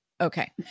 Okay